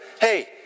hey